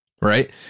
right